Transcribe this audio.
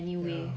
yeah